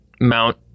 mount